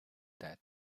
that